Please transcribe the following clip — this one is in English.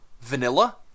vanilla